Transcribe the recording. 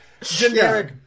generic